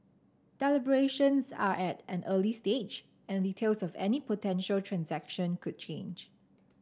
deliberations are at an early stage and details of any potential transaction could change